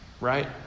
Right